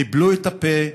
ניבלו את הפה,